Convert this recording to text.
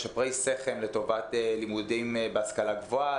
משפרי סכם לטובת לימודים בהשכלה גבוהה,